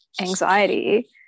anxiety